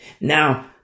Now